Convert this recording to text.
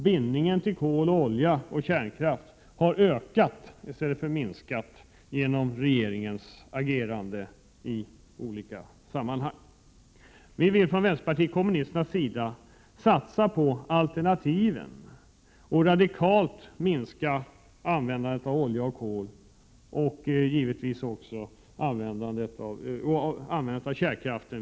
Bindningen till kol, olja och kärnkraft har ökat i stället för att minska genom regeringens agerande i olika sammanhang. Vi vill från vpk:s sida satsa på alternativen och radikalt minska användandet av olja och kol, och naturligtvis även användandet av kärnkraft.